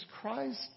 Christ